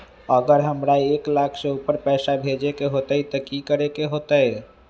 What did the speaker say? अगर हमरा एक लाख से ऊपर पैसा भेजे के होतई त की करेके होतय?